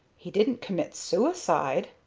he didn't commit suicide?